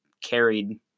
carried